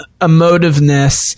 emotiveness